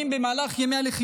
חברים, במהלך ימי הלחימה